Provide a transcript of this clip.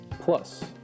Plus